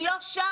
היא לא שם.